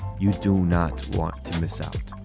you do not want to miss out.